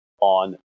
on